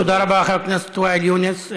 תודה רבה לך, חבר הכנסת ואאל יונס.